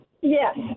Yes